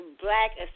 black